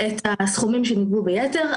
את הסכומים שנגבו ביתר.